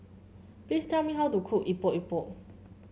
please tell me how to cook Epok Epok